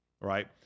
right